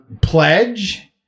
pledge